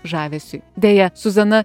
žavesiui deja suzana